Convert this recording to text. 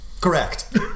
Correct